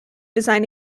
design